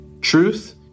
Truth